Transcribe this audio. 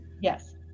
Yes